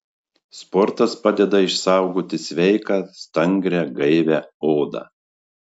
sportas padeda išsaugoti sveiką stangrią gaivią odą